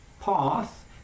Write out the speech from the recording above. path